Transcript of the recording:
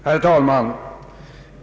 Herr talman!